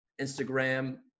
Instagram